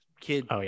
Kid